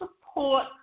support